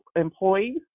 employees